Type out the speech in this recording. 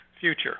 future